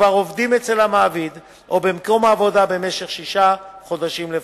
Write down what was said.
שכבר עובדים אצל המעביד או במקום העבודה במשך שישה חודשים לפחות.